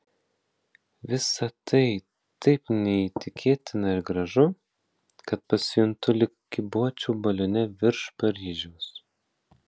visa tai taip neįtikėtina ir gražu kad pasijuntu lyg kybočiau balione virš paryžiaus